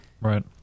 Right